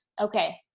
okay